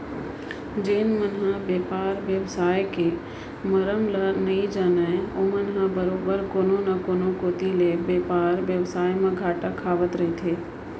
जेन मन ह बेपार बेवसाय के मरम ल नइ जानय ओमन ह बरोबर कोनो न कोनो कोती ले बेपार बेवसाय म घाटा खावत रहिथे